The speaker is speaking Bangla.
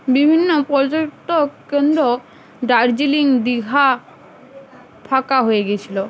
বিভিন্ন পর্যটক কেন্দ্র দার্জিলিং দীঘা ফাঁকা হয়ে গেছিলো